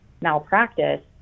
malpractice